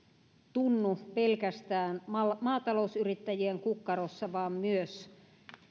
tunnu pelkästään maatalousyrittäjien kukkarossa vaan myös